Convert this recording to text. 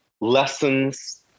lessons